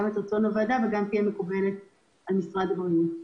את רצון הוועדה וגם תהיה מקובלת על משרד הבריאות.